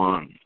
One